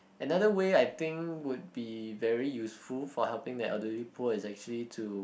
another way I think would be very useful for helping the elderly poor is actually to